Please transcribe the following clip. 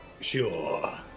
Sure